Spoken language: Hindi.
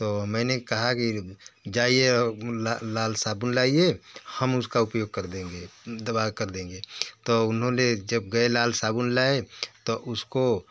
तो मैंने कहा कि जाइए लाल साबुन लाइए हम उसका उपयोग कर देंगे दवा कर देंगे तो उन्होंने जब गए लाल साबुन लाए तो उसको